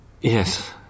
yes